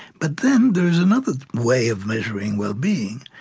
but then, there is another way of measuring well-being,